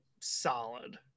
solid